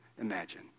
imagine